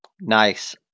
Nice